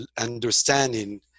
understanding